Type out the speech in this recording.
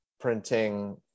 printing